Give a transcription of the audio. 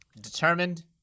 determined